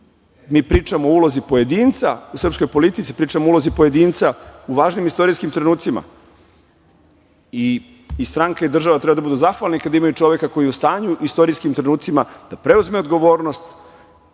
pričamo o ulazi pojedinca u srpskoj politici, pričamo o ulozi pojedinca u važnim istorijskim trenucima. I stranka i država treba da budu zahvalni kada imaju čoveka koji je u stanju u istorijskim trenucima da preuzme odgovornost